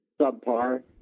subpar